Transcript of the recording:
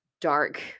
dark